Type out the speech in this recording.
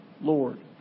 Lord